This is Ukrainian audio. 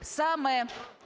саме